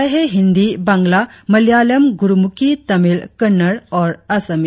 ये भाषाएं है हिंदी बांग्ला मलयालम गुरमुखी तमिल कन्नड़ और असमी